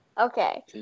Okay